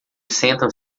sentam